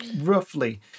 roughly